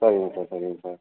சரிங்க சார் சரிங்க சார்